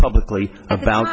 publicly about